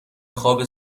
خواب